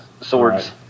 swords